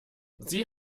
sie